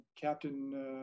Captain